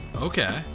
Okay